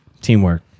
Teamwork